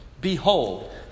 behold